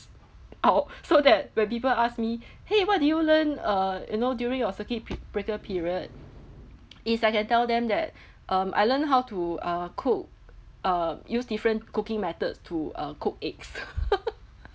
out so that when people ask me !hey! what did you learn uh you know during your circuit pe~ breaker period is I can tell them that um I learned how to uh cook uh use different cooking methods to uh cook eggs